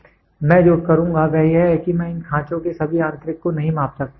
इसलिए मैं जो करुंगा वह यह है कि मैं इन खांचो के सभी आंतरिक को नहीं माप सकता